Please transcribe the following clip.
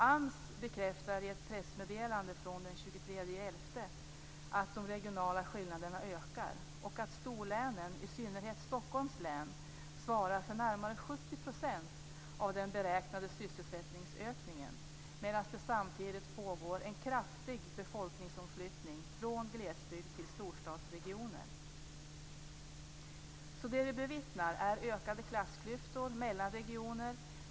AMS bekräftar i ett pressmeddelande från den 23 november att de regionala skillnaderna ökar och att storlänen, i synnerhet Stockholms län, svarar för närmare 70 % av den beräknade sysselsättningsökningen, medan det samtidigt pågår en kraftig befolkningsomflyttning från glesbygd till storstadsregioner. Det som vi bevittnar är alltså ökade klassklyftor mellan regioner.